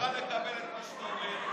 אני מוכן לקבל את מה שאתה אומר,